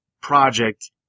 project